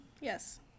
yes